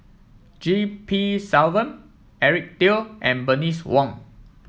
G P Selvam Eric Teo and Bernice Wong